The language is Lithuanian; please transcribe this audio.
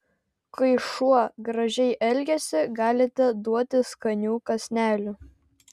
kai šuo gražiai elgiasi galite duoti skanių kąsnelių